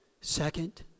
Second